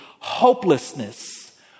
hopelessness